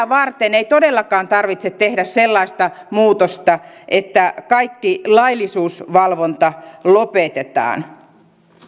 varten ei todellakaan tarvitse tehdä sellaista muutosta että kaikki laillisuusvalvonta lopetetaan